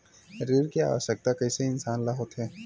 ऋण के आवश्कता कइसे इंसान ला होथे?